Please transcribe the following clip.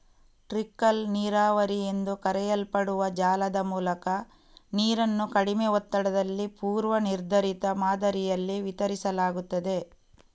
trickle ನೀರಾವರಿ ಎಂದು ಕರೆಯಲ್ಪಡುವ ಜಾಲದ ಮೂಲಕ ನೀರನ್ನು ಕಡಿಮೆ ಒತ್ತಡದಲ್ಲಿ ಪೂರ್ವ ನಿರ್ಧರಿತ ಮಾದರಿಯಲ್ಲಿ ವಿತರಿಸಲಾಗುತ್ತದೆ